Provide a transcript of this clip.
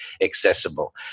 accessible